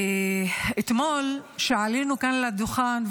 אתמול כשעלינו לכאן לדוכן,